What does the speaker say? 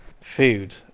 food